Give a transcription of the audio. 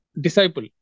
disciple